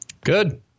Good